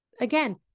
again